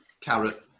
carrot